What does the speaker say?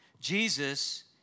Jesus